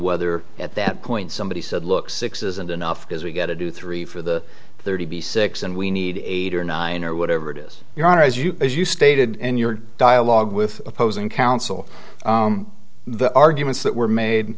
whether at that point somebody said look six isn't enough because we get to do three for the thirty six and we need eight or nine or whatever it is your honor as you as you stated in your dialogue with opposing counsel the arguments that were made